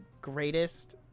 greatest